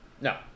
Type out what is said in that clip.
No